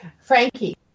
Frankie